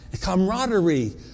camaraderie